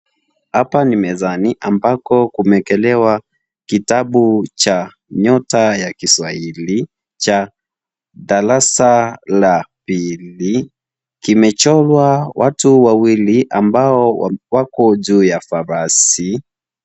Hapa ni mezani ambako kumeekelewa kitabu cha 'Nyota ya Kiswahili' cha darasa la pili, kimechorwa watu wawili ambao wako juu ya farasi.